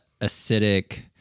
acidic